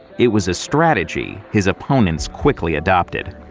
it was a strategy his opponents quickly adopted.